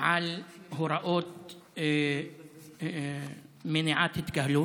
על הוראות מניעת התקהלות.